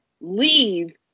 leave